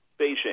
Beijing